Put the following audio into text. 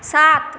सात